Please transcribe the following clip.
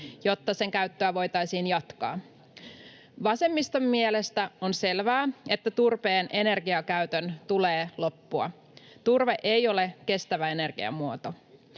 jotta sen käyttöä voitaisiin jatkaa. Vasemmiston mielestä on selvää, että turpeen energiakäytön tulee loppua. Turve ei ole kestävä energiamuoto.